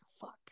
fuck